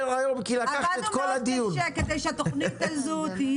עבדנו קשה מאוד כדי שהתוכנית הזו תהיה.